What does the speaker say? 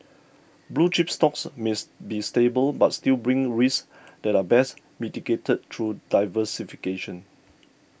blue chip stocks miss be stable but still brings risks that are best mitigated through diversification